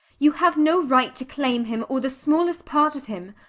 you have no right to claim him, or the smallest part of him.